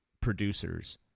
producers